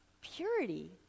Purity